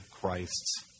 Christ's